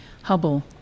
Hubble